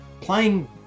playing